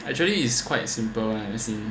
actually is quite simple [one] as in